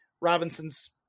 Robinson's